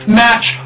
match